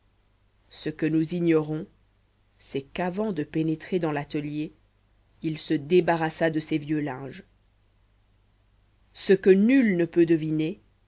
ce que nous ignorons c'est qu'avant de pénétrer dans l'atelier il se débarrassa de ses vieux linges ce que nul ne peut deviner